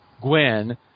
Gwen